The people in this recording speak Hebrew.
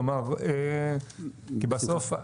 כלומר, כי בסוף,